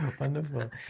Wonderful